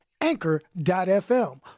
Anchor.FM